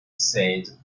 said